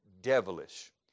devilish